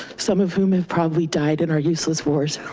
some of whom have probably died in our useless wars.